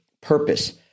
purpose